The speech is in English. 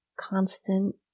constant